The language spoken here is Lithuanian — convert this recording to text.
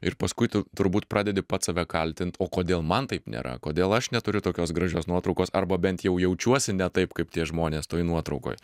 ir paskui tu turbūt pradedi pats save kaltint o kodėl man taip nėra kodėl aš neturiu tokios gražios nuotraukos arba bent jau jaučiuosi ne taip kaip tie žmonės toj nuotraukoj